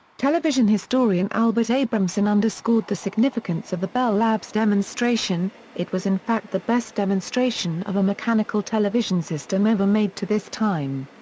television historian albert abramson underscored the significance of the bell labs demonstration it was in fact the best demonstration of a mechanical television system ever made to this time.